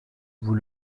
vous